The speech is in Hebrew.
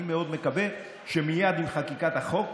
אני מאוד מקווה שמייד עם חקיקת החוק